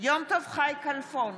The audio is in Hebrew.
יום טוב חי כלפון,